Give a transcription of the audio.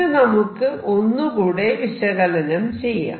ഇത് നമുക്ക് ഒന്ന് കൂടെ വിശകലനം ചെയ്യാം